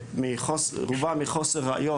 רובם מחוסר ראיות,